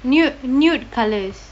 nude nude colours